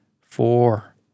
four